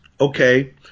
okay